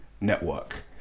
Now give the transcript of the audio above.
network